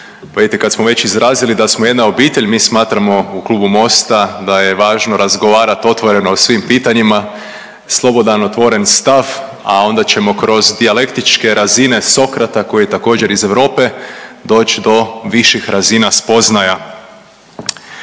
kad smo već izrazili da smo jedna obitelj, mi smatramo u klubu Mosta da je važno razgovarat otvoreno o svim pitanjima, slobodan otvoren stav, a onda ćemo kroz dijalektične razine Sokrata koji je također iz Europe doć do viših razina spoznaja.